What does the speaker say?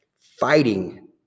fighting